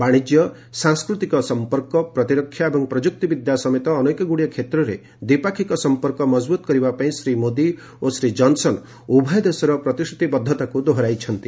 ବାଣିଜ୍ୟ ସାଂସ୍କୃତିକ ସଂପର୍କ ପ୍ରତିରକ୍ଷା ଏବଂ ପ୍ରଯୁକ୍ତିବିଦ୍ୟା ସମେତ ଅନେକଗୁଡ଼ିଏ କ୍ଷେତ୍ରରେ ଦ୍ୱିପାକ୍ଷିକ ସଂପର୍କ ମଜବୁତ କରିବା ପାଇଁ ଶ୍ରୀ ମୋଦି ଓ ଶ୍ରୀ ଜନ୍ସନ୍ ଉଭୟ ଦେଶର ପ୍ରତିଶ୍ରତିବଦ୍ଧତାକୁ ଦୋହରାଇଛନ୍ତି